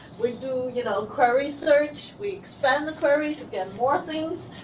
we do, you know, query search, we expand the query to get more things.